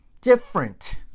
different